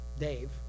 Dave